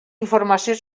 informació